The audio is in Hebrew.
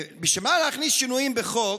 בשביל מה להכניס שינויים בחוק.